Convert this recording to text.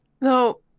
no